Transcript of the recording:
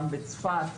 גם בצפת,